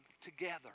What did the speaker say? together